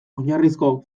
oinarrizko